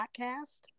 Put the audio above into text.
podcast